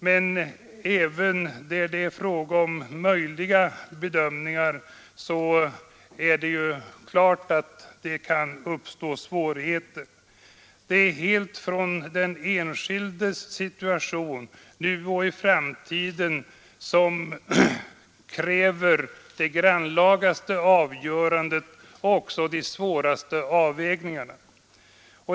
Men det blir även fråga om svåra bedömningar, och den enskildes situation nu och i framtidens dataålder kräver det mest grannlaga avgörande och de svåraste avvägningarna.